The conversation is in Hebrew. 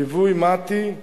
ליווי מט"י ועוד,